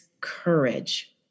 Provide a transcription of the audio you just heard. courage